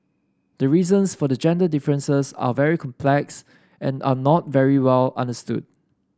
the reasons for the gender differences are very complex and are not very well understood